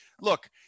look